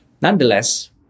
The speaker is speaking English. Nonetheless